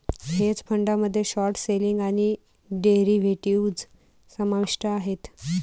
hedge फंडामध्ये short selling आणि derivatives समाविष्ट आहेत